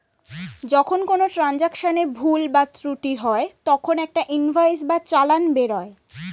যখন কোনো ট্রান্জাকশনে ভুল বা ত্রুটি হয় তখন একটা ইনভয়েস বা চালান বেরোয়